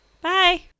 bye